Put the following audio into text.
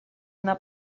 una